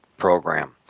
program